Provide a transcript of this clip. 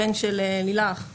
הבן של לילך,